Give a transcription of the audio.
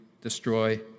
destroy